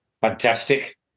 Fantastic